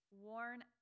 worn